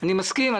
אני מסכים.